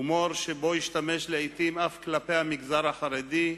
הומור שבו השתמש לעתים אף כלפי המגזר החרדי,